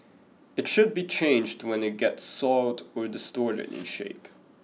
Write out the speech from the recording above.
it should be changed when it gets soiled or distorted in shape